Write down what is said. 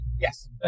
Yes